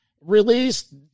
release